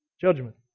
judgment